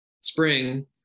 spring